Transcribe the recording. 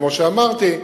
כמו שאמרתי.